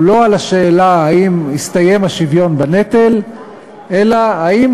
הוא לא על השאלה האם הסתיים השוויון בנטל אלא האם